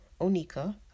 Onika